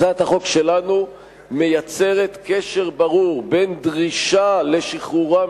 הצעת החוק שלנו מייצרת קשר ברור בין דרישה לשחרורם